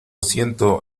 siento